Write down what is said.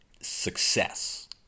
success